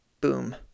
Boom